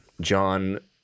John